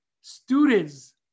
students